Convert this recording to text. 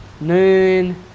noon